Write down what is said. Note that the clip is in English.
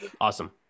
Awesome